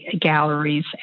galleries